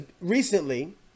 recently